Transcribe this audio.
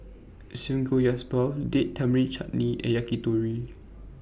Samgeyopsal Date Tamarind Chutney and Yakitori